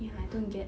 ya I don't get